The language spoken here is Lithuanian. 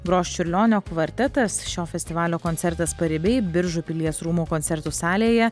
gros čiurlionio kvartetas šio festivalio koncertas paribiai biržų pilies rūmų koncertų salėje